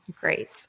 great